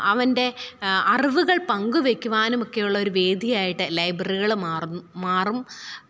അവന്റെ അറിവുകള് പങ്കുവെയ്ക്കുവാനും ഒക്കെയുള്ളൊരു വേദി ആയിട്ട് ലൈബ്രറികൾ മറന്നു മാറും